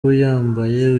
uyambaye